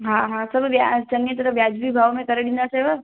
हा हा सभु ॿिया चङी तरह वाजिबी भाव में तव्हांखे करे ॾींदासीं